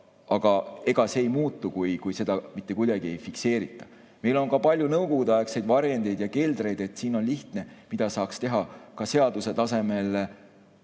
aga ega see ei muutu, kui seda mitte kuidagi ei fikseerita. Meil on ka palju nõukogudeaegsed varjendeid ja keldreid. Siin on lihtne, mida saaks teha: korteriühistuid